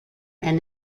and